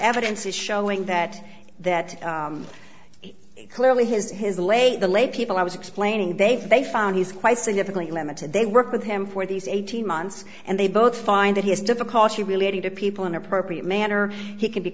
evidence is showing that that clearly his his late the late people i was explaining they've they found he's quite significantly limited they worked with him for these eighteen months and they both find that he has difficulty relating to people in appropriate manner he can be